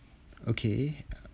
okay